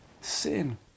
sin